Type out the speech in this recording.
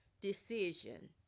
decision